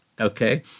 Okay